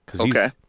Okay